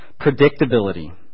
Predictability